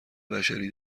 بشری